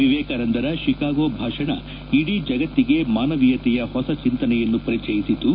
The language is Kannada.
ವಿವೇಕಾನಂದರ ಶಿಕಾಗೋ ಭಾಷಣ ಇಡೀ ಜಗತ್ತಿಗೆ ಮಾನವೀಯತೆಯ ಹೊಸ ಚಿಂತನೆಯನ್ನು ಪರಿಚಯಿಸಿತು